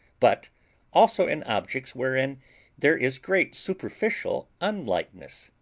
but also in objects wherein there is great superficial unlikeness.